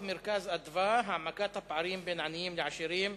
485 ו-516: דוח "מרכז אדוה" העמקת הפערים בין עניים לעשירים.